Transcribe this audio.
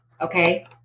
Okay